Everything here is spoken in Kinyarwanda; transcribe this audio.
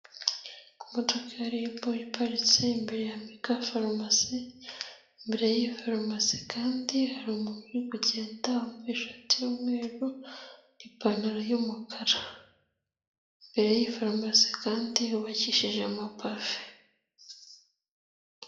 Imodoka ya ribu iparitse imbere ya farumasi, imbere y'iyi farumasi kandi hari umuntu uri kugenda wambaye ishati y'umweru n'ipantaro y'umukara, imbere y'iyi farumasi kandi hubakishije amapave.